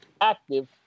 active